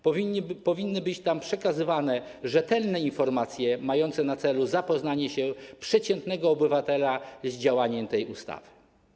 Powinny być tam przekazywane rzetelne informacje mające na celu zapoznanie przeciętnego obywatela z działaniem tej ustawy.